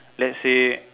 let's say